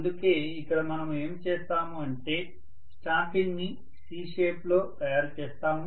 అందుకే ఇక్కడ మనము ఏమి చేస్తాము అంటే స్టాంపింగ్ ని C షేప్ లో తయారు చేస్తాము